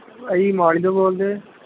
ਭਾਅ ਜੀ ਮੋਹਾਲੀ ਤੋਂ ਬੋਲਦੇ